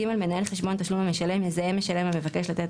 מנהל חשבון תשלום למשלם יזהה משלם המבקש לתת